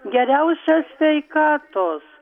geriausios sveikatos